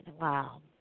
Wow